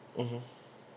mmhmm